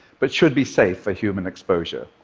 but should be safe for human exposure.